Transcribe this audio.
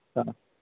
हा